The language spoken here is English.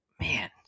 man